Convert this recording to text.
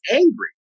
angry